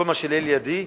כל מה שלאל ידי,